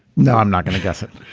now i'm not going to guess it.